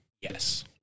Yes